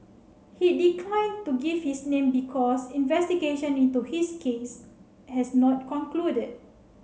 he declined to give his name because investigation into his case has not concluded